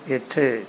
ਇੱਥੇ